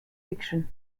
fiction